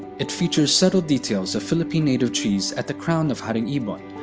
it features subtle details of philippine native trees at the crown of haring ibon,